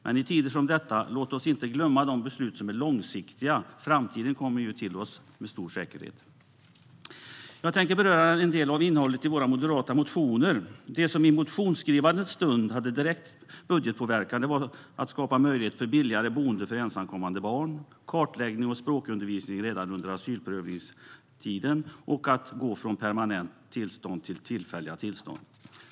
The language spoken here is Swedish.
Men låt oss inte i tider som dessa glömma de beslut som är långsiktiga! Framtiden kommer ju till oss med stor säkerhet. Jag tänker beröra en del av innehållet i våra moderata motioner. Det som i motionsskrivandets stund hade direkt budgetpåverkan handlade om att skapa möjlighet till billigare boende för ensamkommande barn, genomföra kartläggning och språkundervisning redan under asylprövningstiden samt gå från permanenta tillstånd till tillfälliga tillstånd.